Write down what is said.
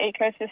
ecosystem